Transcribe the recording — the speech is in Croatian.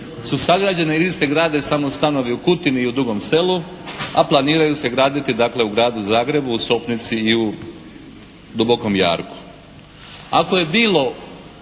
su sagrađeni ili se grade stanovi samo u Kutini i u Dugom Selu a planiraju se graditi dakle u gradu Zagrebu u Sopnici i u Dubokom Jarku. Ako je bilo